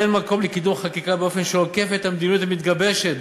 אין מקום לקידום חקיקה באופן שעוקף את המדיניות המתגבשת.